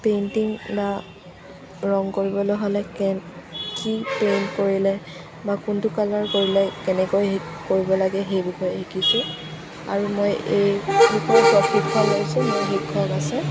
painting বা ৰং কৰিবলৈ হ'লে কি পেইণ্ট কৰিলে বা কোনটো কালাৰ কৰিলে কেনেকৈ কৰিব লাগে সেই বিষয়ে শিকিছোঁ আৰু মই এই খন লৈছোঁ মোৰ সেইখন আছে